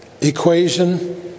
equation